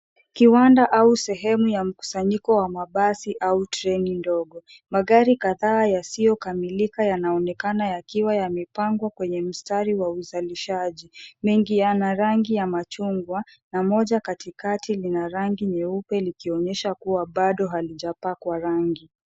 Kiwanda au sehemu ya mkusanyiko wa mabasi au treni ndogo. Magari kadhaa yasiyokamilika yanaonekana yakiwa yamepangwa kwenye mstari wa uzalishaji. Mengi yana rangi ya machungwa na moja ya katikati lina rangi nyeupe likionyesha kuwa bado halijapakwa rangi.